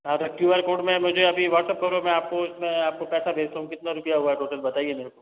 हाँ तो Q R code में मुझे अभी व्हाट्सअप करो में आपको उसमें पैसा भेजता हूँ कितना रूपया हुआ है टोटल बताइए मेरे को